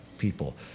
people